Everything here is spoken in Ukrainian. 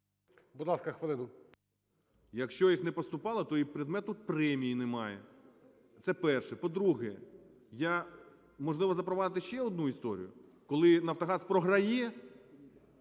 Якщо їх не поступало, то і предмету премії немає. Це перше. По-друге, я, можливо, запровадити ще одну історію? Коли "Нафтогаз" програє